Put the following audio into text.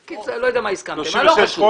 בקיצור, לא יודע על מה הסכמתם אבל לא חשוב.